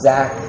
Zach